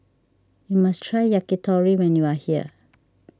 you must try Yakitori when you are here